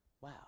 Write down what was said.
Wow